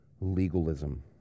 legalism